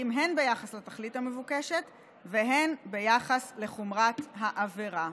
הן ביחס לתכלית המבוקשת והן ביחס לחומרת העבירה.